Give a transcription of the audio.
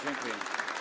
Dziękuję.